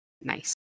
Nice